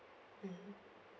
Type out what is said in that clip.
mm